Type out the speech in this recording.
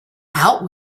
out